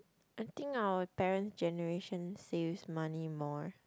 I think our parent generation saves money more